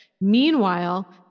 Meanwhile